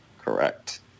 Correct